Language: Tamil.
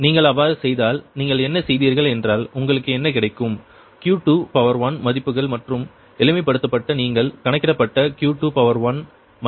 நீங்கள் அவ்வாறு செய்தால் நீங்கள் என்ன செய்தீர்கள் என்றால் உங்களுக்கு என்ன கிடைக்கும் Q21 மதிப்புகள் மற்றும் எளிமைப்படுத்தப்பட்ட நீங்கள் கணக்கிடப்பட்ட Q21 1